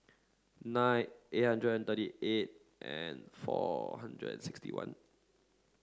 nine eight hundred thirty eight and four hundred and sixty one